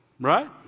right